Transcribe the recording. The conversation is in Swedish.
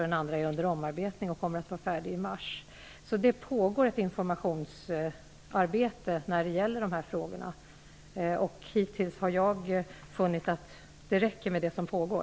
Den andra är under omarbetning och kommer att vara färdig i mars. Det pågår ett informationsarbete när det gäller de här frågorna. Hittills har jag funnit att det räcker med det som pågår.